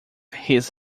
his